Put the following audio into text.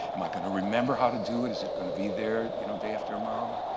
am i going to remember how to do it? is it going to be there you know day after tomorrow?